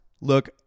look